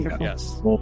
yes